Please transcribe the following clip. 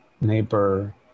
neighbor